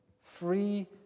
free